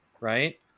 right